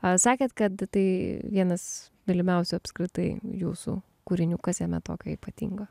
ar sakė kad tai vienas mylimiausių apskritai jūsų kūrinių kas jame tokia ypatinga